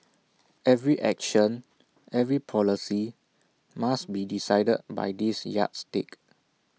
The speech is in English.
every action every policy must be decided by this yardstick